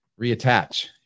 reattach